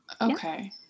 okay